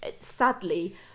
sadly